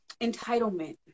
entitlement